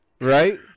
Right